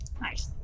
Nice